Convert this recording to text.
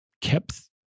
kept